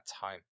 time